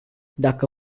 dacă